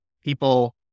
people